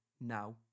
now